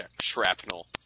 shrapnel